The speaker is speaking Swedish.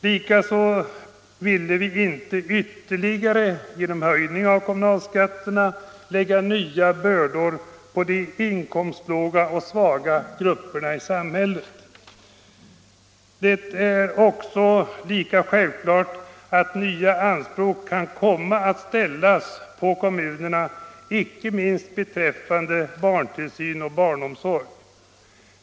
Likaså ville vi inte ytterligare genom höjning av kommunalskatterna lägga nya bördor på de inkomstlåga och svaga grupperna i samhället. Det är också lika självklart att nya anspråk kan komma att ställas på kommunerna, icke minst beträffande ökad barntillsyn och barnomsorg.